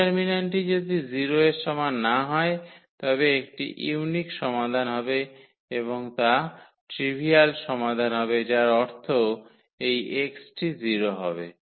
ডিটারমিন্যান্টটি যদি 0 এর সমান না হয় তবে একটি ইউনিক সমাধান হবে এবং তা ট্রিভিয়াল সমাধান হবে যার অর্থ এই x টি 0 হবে